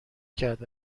کرد